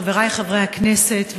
חברי חברי הכנסת,